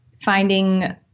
finding